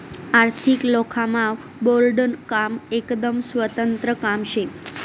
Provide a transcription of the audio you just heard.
आर्थिक लेखामा बोर्डनं काम एकदम स्वतंत्र काम शे